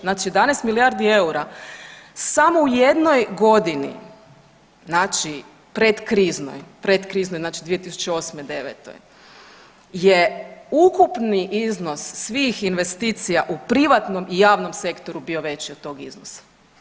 Znači 11 milijardi eura samo u jednoj godini predkriznoj, predkriznoj znači 2008., devetoj je ukupni iznos svih investicija u privatnom i javnom sektoru bio veći od tog iznosa.